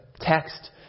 text